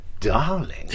darling